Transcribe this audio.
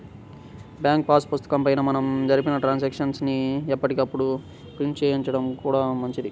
bank pass పుస్తకం పైన మనం జరిపిన ట్రాన్సాక్షన్స్ ని ఎప్పటికప్పుడు ప్రింట్ చేయించుకోడం మంచిది